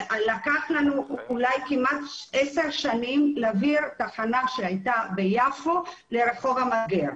לקח לנו אולי כמעט 10 שנים להעביר תחנה שהייתה ביפו לרחוב המהגר,